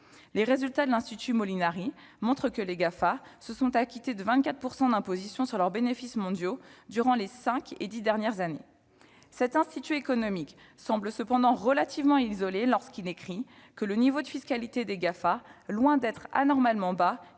Les résultats de cet Institut montrent que les Gafa se sont acquittés de 24 % d'imposition sur leurs bénéfices mondiaux durant les cinq et dix dernières années. Cet Institut semble toutefois relativement isolé lorsqu'il écrit que le « niveau de fiscalité [des Gafa], loin d'être anormalement bas,